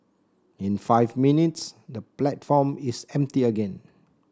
in five minutes the platform is empty again